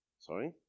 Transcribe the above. sorry